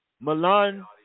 Milan